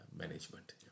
management